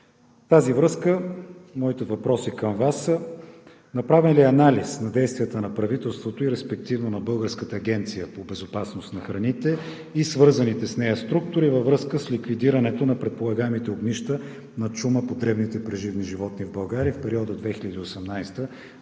тази връзка моите въпроси към Вас са: направен ли е анализ на действията на правителството и респективно на Българската агенция по безопасност на храните и свързаните с нея структури във връзка с ликвидирането на предполагаемите огнища на чума по дребните преживни животни в България в периода 2018